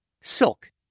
silk